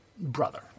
brother